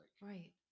Right